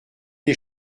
des